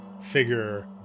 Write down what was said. figure